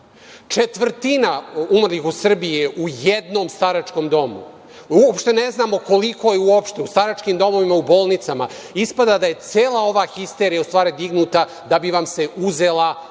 Četvrtina umrlih u Srbiji je u jednom staračkom domu. Uopšte ne znamo koliko je uopšte u staračkim domovima, u bolnicama. Ispada da je cela ova histerija, u stvari, dignuta da bi vam se uzela